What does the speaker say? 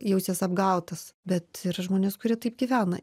jausies apgautas bet žmonės kurie taip gyvena